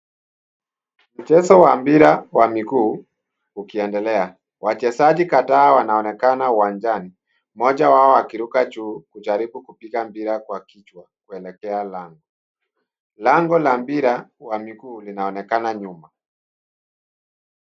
Mchezo wa mpira wa miguu ukiendelea. Wachezaji kadhaa wanaonekana uwanjani, mmoja wao akiruka juu kujaribu kupiga mpira kwa kichwa kuelekea lango. Lango la mpira wa miguu linaonekana nyuma.